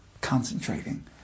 concentrating